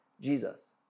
Jesus